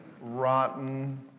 rotten